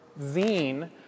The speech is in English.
zine